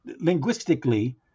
linguistically